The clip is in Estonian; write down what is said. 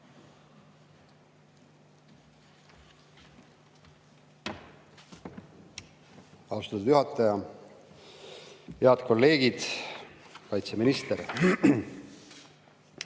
Austatud juhataja! Head kolleegid! Kaitseminister!